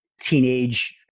teenage